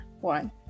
one